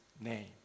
name